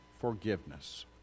forgiveness